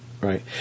Right